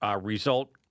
result